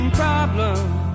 problems